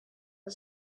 the